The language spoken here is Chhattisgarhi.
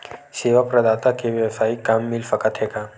सेवा प्रदाता के वेवसायिक काम मिल सकत हे का?